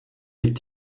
est